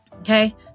Okay